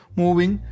moving